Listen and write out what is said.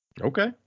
Okay